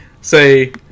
say